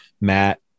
Matt